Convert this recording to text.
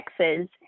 Texas